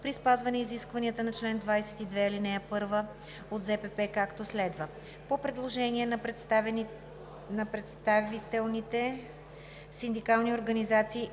при спазване изискванията на чл. 22, ал. 1 от ЗПП, както следва: По предложение на представителните синдикални организации